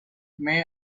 may